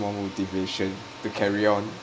more motivation to carry on